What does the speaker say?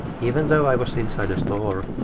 even though i was inside a store,